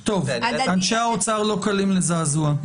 אנשי האוצר לא קלים לזעזוע.